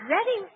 Ready